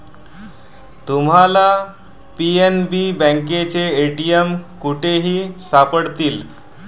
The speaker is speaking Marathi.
तुम्हाला पी.एन.बी बँकेचे ए.टी.एम कुठेही सापडतील